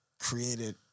created